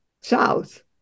South